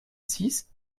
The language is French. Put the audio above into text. six